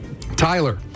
Tyler